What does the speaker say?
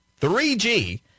3G